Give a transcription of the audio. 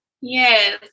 Yes